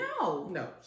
No